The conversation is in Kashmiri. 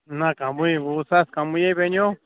نہَ کَمٕے وُہ ساس کَمٕے ہے بنیٚوو